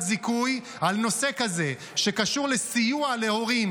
זיכוי על נושא כזה שקשור לסיוע להורים,